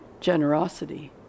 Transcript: generosity